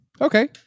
Okay